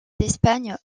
d’espagne